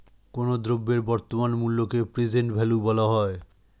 কোনো দ্রব্যের বর্তমান মূল্যকে প্রেজেন্ট ভ্যালু বলা হয়